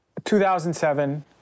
2007